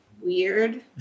Weird